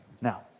Now